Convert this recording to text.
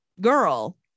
girl